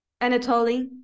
Anatoly